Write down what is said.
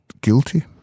guilty